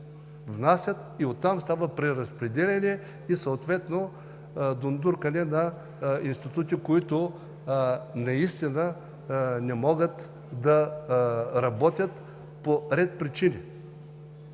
внасят и от там става преразпределяне и съответно дундуркане на институти, които наистина не могат да работят по ред причини.